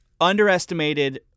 underestimated